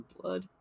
blood